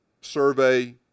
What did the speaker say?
survey